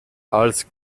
als